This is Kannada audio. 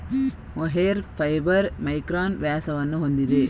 ಮೊಹೇರ್ ಫೈಬರ್ ಮೈಕ್ರಾನ್ ವ್ಯಾಸವನ್ನು ಹೊಂದಿದೆ